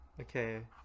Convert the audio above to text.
Okay